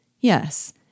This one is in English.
Yes